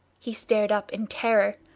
he started up in terror.